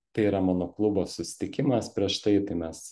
tai yra mano klubo susitikimas prieš tai tai mes